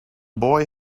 boy